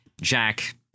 Jack